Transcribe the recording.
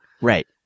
Right